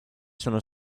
sono